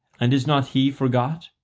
and is not he forgot?